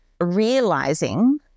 realizing